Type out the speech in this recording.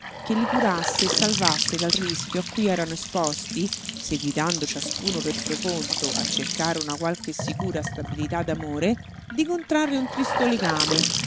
che li curasse e salvasse dal rischio a cui erano esposti seguitando ciascuno per suo conto a cercare una qualche sicura stabilità d'amore di contrarre un tristo legame